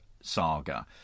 saga